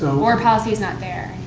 or policy is not there.